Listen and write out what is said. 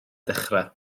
dechrau